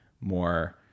more